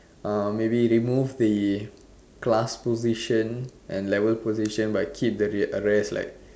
maybe remove the class position and level position but keep the other rest like